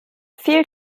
viel